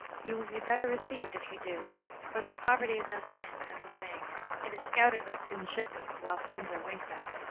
you will be better received if you do for, though poverty is no sin, as the saying is, it is scouted as sin should be, while sins are winked at.